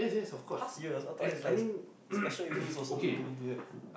!huh! serious I thought is like special units also only do that